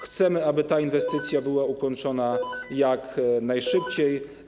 Chcemy, aby ta inwestycja została ukończona jak najszybciej.